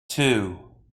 two